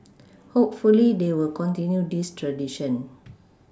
hopefully they will continue this tradition